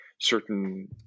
certain